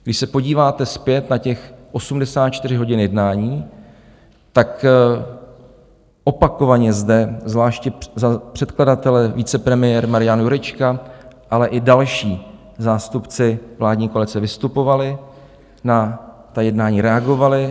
Když se podíváte zpět na těch 84 hodin jednání, tak opakovaně zde zvláště za předkladatele vicepremiér Marian Jurečka, ale i další zástupci vládní koalice vystupovali, na ta jednání reagovali.